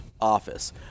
Office